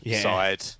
side